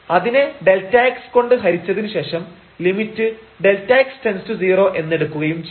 അതിനെ Δx കൊണ്ട് ഹരിച്ചതിനു ശേഷം ലിമിറ്റ് Δx→0 എന്നെടുക്കുകയും ചെയ്യും